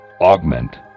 augment